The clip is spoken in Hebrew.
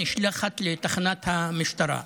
נשלחת לתחנת המשטרה.